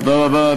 תודה רבה.